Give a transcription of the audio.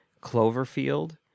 Cloverfield